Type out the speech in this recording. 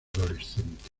adolescente